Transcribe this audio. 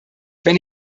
wenn